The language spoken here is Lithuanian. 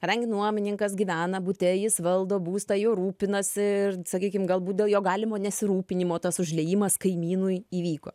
kadangi nuomininkas gyvena bute jis valdo būstą juo rūpinasi ir sakykim galbūt dėl jo galimo nesirūpinimo tas užliejimas kaimynui įvyko